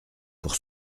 pour